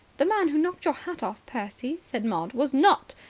the man who knocked your hat off, percy, said maud, was not.